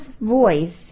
voice